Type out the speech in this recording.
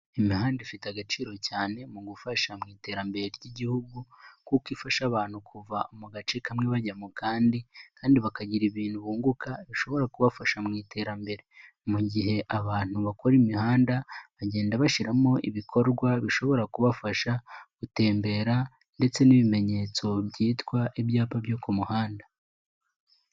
Imihanda ifite agaciro cyane mu gufasha mu iterambere ry'igihugu kuko ifasha abantu kuva mu gace kamwe bajya mu kandi, kandi bakagira ibintu bunguka bishobora kubafasha mu iterambere. Mu gihe abantu bakora imihanda bagenda bashyiramo ibikorwa bishobora kubafasha gutembera ndetse n'ibimenyetso byitwa ibyapa byo ku muhanda.